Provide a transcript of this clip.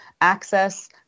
access